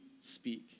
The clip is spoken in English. speak